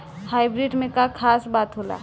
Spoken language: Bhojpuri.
हाइब्रिड में का खास बात होला?